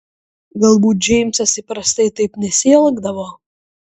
galbūt džeimsas įprastai taip nesielgdavo